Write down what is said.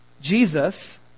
Jesus